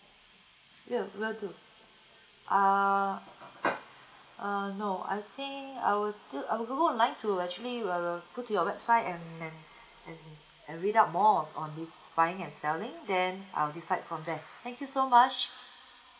will will do uh uh no I think I will still i will go online to actually err go to your website and and and and read up more on on this buying and selling then I'll decide from there thank you so much